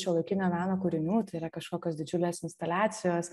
šiuolaikinio meno kūrinių tai yra kažkokios didžiulės instaliacijos